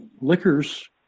liquors